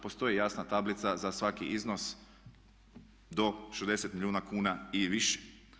Postoji jasna tablica za svaki iznos do 60 milijuna kuna i više.